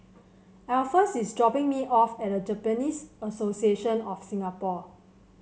Alpheus is dropping me off at Japanese Association of Singapore